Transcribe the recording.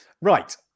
Right